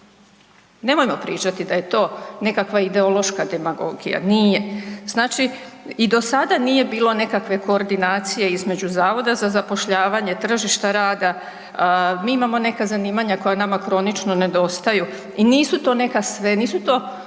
Nemojmo pričati da je to nekakva ideološka demagogija, nije. Znači i do sada nije bilo nekakve koordinacije između Zavoda za zapošljavanje, tržišta rada, mi imamo neka zanimanja koja nama kronično nedostaju i nisu to neka, nisu to